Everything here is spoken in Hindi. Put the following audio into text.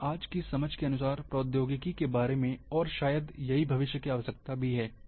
यह आज की समझ के अनुसार प्रौद्योगिकी के बारे में और शायद यही भविष्य की आवश्यकता है